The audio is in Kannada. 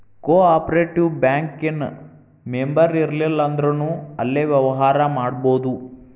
ಕೊ ಆಪ್ರೇಟಿವ್ ಬ್ಯಾಂಕ ಇನ್ ಮೆಂಬರಿರ್ಲಿಲ್ಲಂದ್ರುನೂ ಅಲ್ಲೆ ವ್ಯವ್ಹಾರಾ ಮಾಡ್ಬೊದು